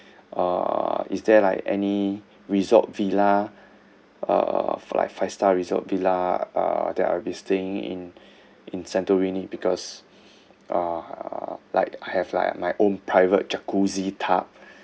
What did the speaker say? uh is there like any resort villa uh like five star resort villa uh that I'll be staying in in santorini because uh like have like my own private jacuzzi tub